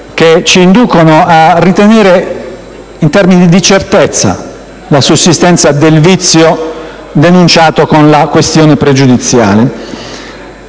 che ci inducono a ritenere in termini di certezza la sussistenza del vizio denunciato con la questione pregiudiziale.